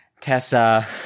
Tessa